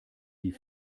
die